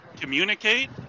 communicate